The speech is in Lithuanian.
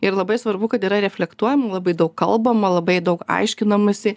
ir labai svarbu kad yra reflektuojama labai daug kalbama labai daug aiškinamasi